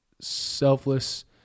selfless